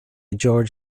george